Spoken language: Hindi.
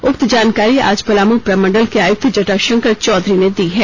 उक्त जानकारी आज पलामू प्रमंडल के आयुक्त जटाशंकर चौधरी ने दी है